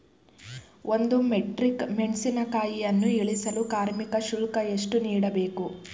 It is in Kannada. ಒಂದು ಮೆಟ್ರಿಕ್ ಮೆಣಸಿನಕಾಯಿಯನ್ನು ಇಳಿಸಲು ಕಾರ್ಮಿಕ ಶುಲ್ಕ ಎಷ್ಟು ನೀಡಬೇಕು?